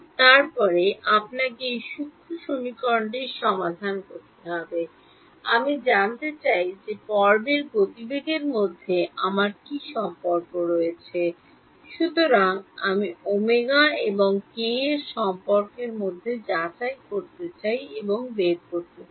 তারপরে আপনাকে এই সূক্ষ্ম সমীকরণটি সমাধান করতে হবে আমি জানতে চাই যে পর্বের গতিবেগের মধ্যে আমার কী সম্পর্ক রয়েছে সুতরাং আমি ω এবং কে এর মধ্যে সম্পর্ক চাই যা আমি বের করতে চাই